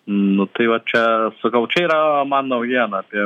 nu tai va čia sakau čia yra man naujiena apie